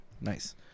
Nice